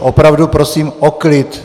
Opravdu prosím o klid.